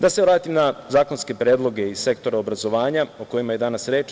Da se vratim na zakonske predloge iz sektora obrazovanja o kojima je danas reč.